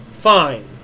Fine